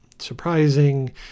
surprising